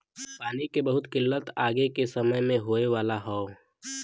पानी के बहुत किल्लत आगे के समय में होए वाला हौ